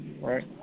Right